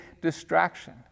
distraction